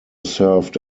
served